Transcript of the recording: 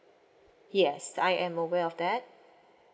yes I am aware of that